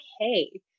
okay